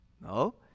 No